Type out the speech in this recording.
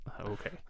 Okay